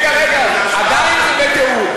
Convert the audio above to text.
עדיין זה בתיאום.